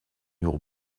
your